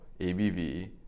ABV